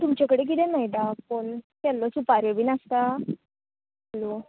तुमचे कडेन कितें मेळटा पूण शेल्यो सुपाऱ्यो बीन आसता हॅलो